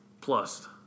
plus